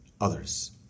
others